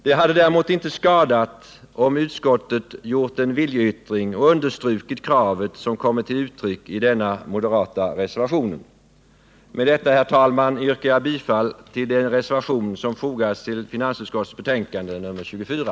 Det hade däremot inte skadat om utskottet gjort en viljeyttring och understrukit det krav som kommit till uttryck i den moderata reservationen. Med detta, herr talman, yrkar jag bifall till den reservation som fogats till finansutskottets betänkande nr 24.